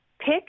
Pick